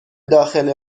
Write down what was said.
داخل